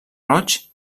roig